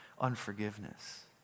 Unforgiveness